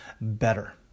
better